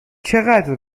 چقدر